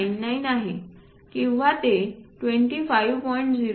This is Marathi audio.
99 आहे किंवा ते 25